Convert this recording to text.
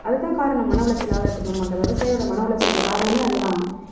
அதுதான் காரணம் மனஉளச்சல் ஆகறதுக்கு விவசாயோடய மன உளச்சலுக்கு காரணமே அதுதான்